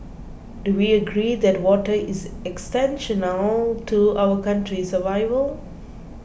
do we agree that water is existential to our country's survival